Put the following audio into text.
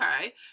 Okay